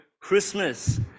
Christmas